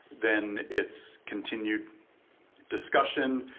then it's continued discussion,